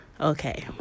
Okay